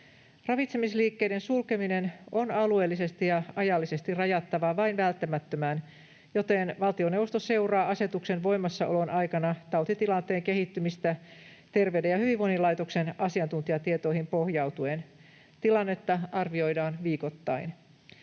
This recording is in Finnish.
Ravitsemisliikkeiden sulkeminen on alueellisesti ja ajallisesti rajattava vain välttämättömään, joten valtioneuvosto seuraa asetuksen voimassaolon aikana tautitilanteen kehittymistä Terveyden ja hyvinvoinnin laitoksen asiantuntijatietoihin pohjautuen. Tilannetta arvioidaan viikoittain.